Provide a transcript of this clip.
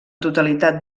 totalitat